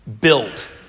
built